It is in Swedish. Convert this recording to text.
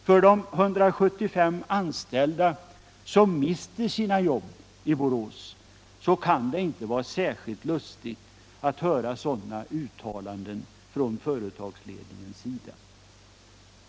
För de 175 som mister sina arbeten i Borås kan det inte vara särskilt lustigt att höra sådana uttalanden från företagsledningens sida.